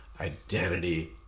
identity